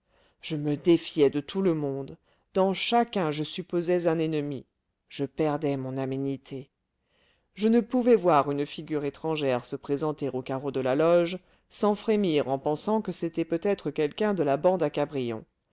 je me défiais de tout le monde dans chacun je supposais un ennemi je perdais mon aménité je ne pouvais voir une figure étrangère se présenter au carreau de la loge sans frémir en pensant que c'était peut-être quelqu'un de la bande à cabrion